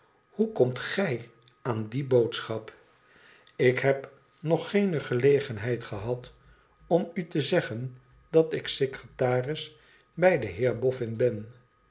hoe komt gij aan die boodschap i ik heb nog geene gelegenheid gehad om u te zeggen dat ik secretaris bij den heer boffin